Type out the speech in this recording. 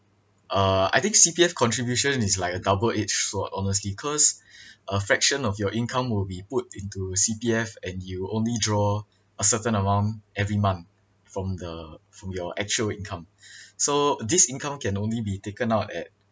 uh I think C_P_F contribution is like a double edged sword honestly because a fraction of your income will be put into C_P_F and you only draw a certain amount every month from the from your actual income so this income can only be taken out at